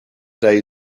day